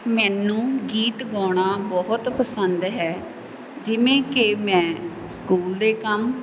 ਮੈਨੂੰ ਗੀਤ ਗਾਉਣਾ ਬਹੁਤ ਪਸੰਦ ਹੈ ਜਿਵੇਂ ਕਿ ਮੈਂ ਸਕੂਲ ਦੇ ਕੰਮ